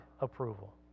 approval